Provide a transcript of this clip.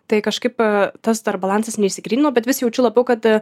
tai kažkaip tas dar balansas neišsigrynino bet vis jaučiu labiau kad